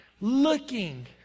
looking